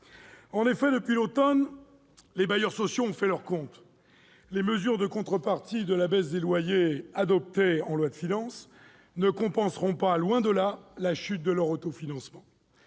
En effet, depuis l'automne, les bailleurs sociaux ont fait leurs comptes : les mesures de contrepartie à la baisse des loyers adoptées en loi de finances ne compenseront pas, loin de là, la chute de leur autofinancement.